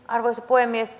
hän sanoi